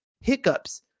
hiccups